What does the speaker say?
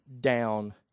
down